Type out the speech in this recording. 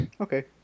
Okay